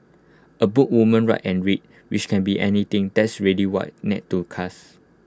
A book woman write and read which can be anything that's A really wide net to cast